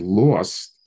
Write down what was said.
lost